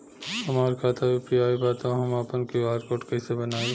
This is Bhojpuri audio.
हमार खाता यू.पी.आई बा त हम आपन क्यू.आर कोड कैसे बनाई?